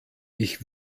ich